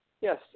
Yes